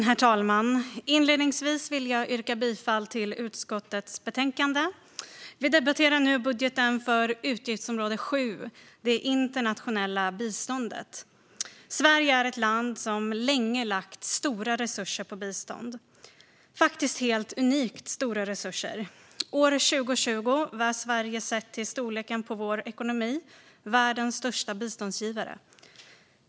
Herr talman! Jag yrkar bifall till förslaget i utskottets betänkande. Vi debatterar nu budgeten för utgiftsområde 7 Internationellt bistånd. Sverige är ett land som länge lagt stora resurser på bistånd, faktiskt helt unikt stora resurser. År 2020 var Sverige sett till storleken på vår ekonomi världens största biståndsgivare.